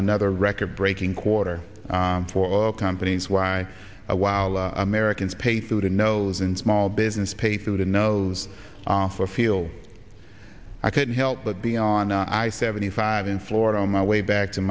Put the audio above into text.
another record breaking quarter for oil companies why while americans pay through the nose and small business pay through the nose for feel i couldn't help but be on i seventy five in florida on my way back to